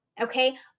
Okay